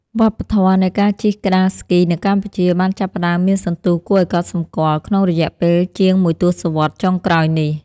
វប្បធម៌នៃការជិះក្ដារស្គីនៅកម្ពុជា បានចាប់ផ្ដើមមានសន្ទុះគួរឱ្យកត់សម្គាល់ក្នុងរយៈពេលជាងមួយទសវត្សរ៍ចុងក្រោយនេះ។